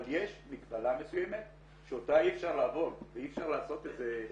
אבל יש מגבלה מסוימת שאותה אי אפשר לעבור ואי אפשר לעשות את זה.